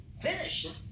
finish